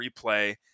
replay